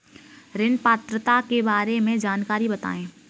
ऋण पात्रता के बारे में जानकारी बताएँ?